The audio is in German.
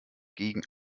gegen